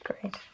Great